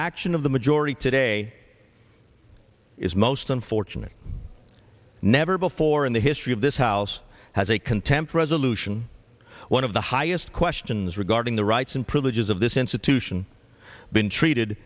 action of the majority today is most unfortunate never before in the history of this house has a contempt resolution one of the highest questions regarding the rights and privileges of this institution been treated